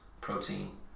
protein